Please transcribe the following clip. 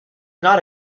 not